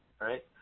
right